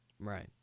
Right